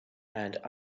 and